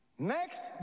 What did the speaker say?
Next